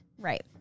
Right